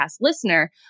listener